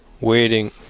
waiting